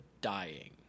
dying